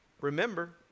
Remember